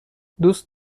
دوست